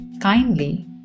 kindly